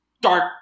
dark